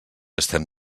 estem